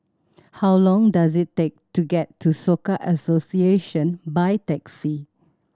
how long does it take to get to Soka Association by taxi